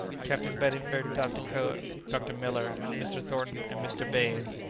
captain bedingfield, dr. kirk, dr. miller, mr. thornton, and mr. baines,